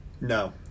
No